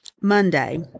Monday